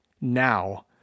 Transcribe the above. now